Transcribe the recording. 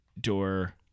door